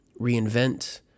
reInvent